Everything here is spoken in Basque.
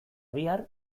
bihar